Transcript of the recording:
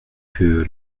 que